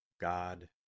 God